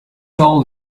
all